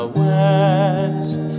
west